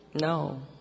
No